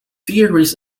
theories